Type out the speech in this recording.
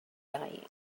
dying